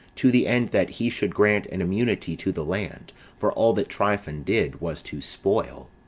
to the end that he should grant an immunity to the land for all that tryphon did, was to spoil.